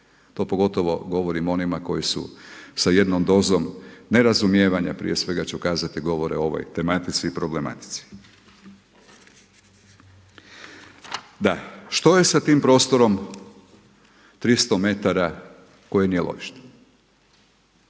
To pogotovo govorim onima koji su sa jednom dozom nerazumijevanja prije svega ću kazati govore o ovoj tematici i problematici. Da, što je sa ovim prostorom 300 m koji nije lovište?